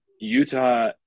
Utah